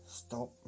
Stop